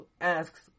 asks